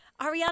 Ariana